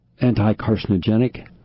anti-carcinogenic